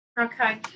okay